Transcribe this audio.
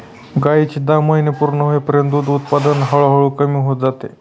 गायीचे दहा महिने पूर्ण होईपर्यंत दूध उत्पादन हळूहळू कमी होत जाते